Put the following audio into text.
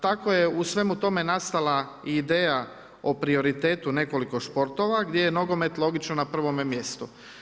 Tako je u svemu tome nastala ideja o prioritetu nekoliko sportova gdje je nogomet logično na prvome mjestu.